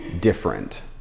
different